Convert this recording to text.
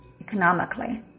economically